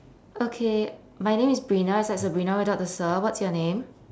okay my name is brina it's like sabrina without the sa what's your name